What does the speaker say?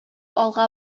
алга